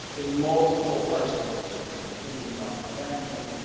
in multiple parts of the continuum, thinking about prevention,